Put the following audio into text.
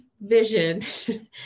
vision